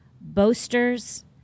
boasters